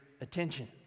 attention